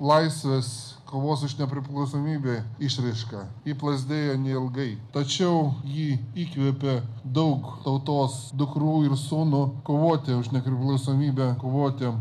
laisvės kovos už nepriklausomybę išraiška ji plazdėjo neilgai tačiau ji įkvėpė daug tautos dukrų ir sūnų kovoti už nepriklausomybę kovoti